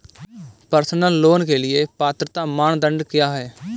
Personal loan के लिए पात्रता मानदंड क्या हैं?